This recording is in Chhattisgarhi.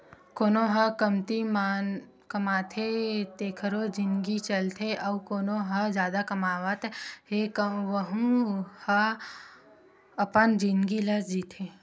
कोनो ह कमती कमाथे तेखरो जिनगी चलथे अउ कोना ह जादा कमावत हे वहूँ ह अपन जिनगी ल जीथे